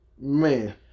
Man